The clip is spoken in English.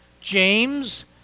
James